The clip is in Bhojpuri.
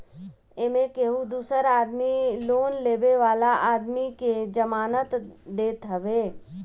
एमे केहू दूसर आदमी लोन लेवे वाला आदमी के जमानत देत हवे